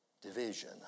division